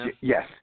Yes